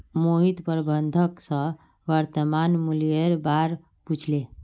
मोहित प्रबंधक स वर्तमान मूलयेर बा र पूछले